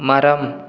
மரம்